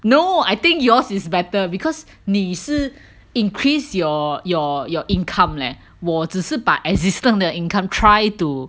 no I think yours is better because 你是 increase your your your income leh 我只是把 existing 的 income try to